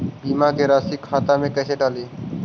बीमा के रासी खाता में कैसे डाली?